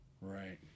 Right